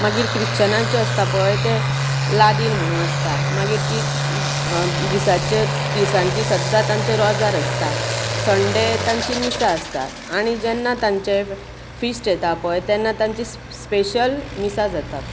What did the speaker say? मागीर क्रिश्चनांचे आसता पळय ते लादिन म्हणून आसता मागीर ती दिसाची तिळसांजची सद्दा तांचे रोजार आसता संडे तांची मिसां आसतात आनी जेन्ना तांचे फिस्ट येता पळय तेन्ना तांचीं स्पेशल मिसां जातात